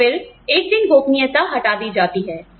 और फिर एक दिन गोपनीयता हटा दी जाती है